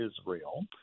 Israel